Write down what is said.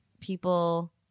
people